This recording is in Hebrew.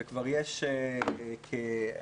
ויש כבר